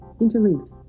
interlinked